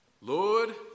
Lord